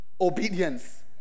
obedience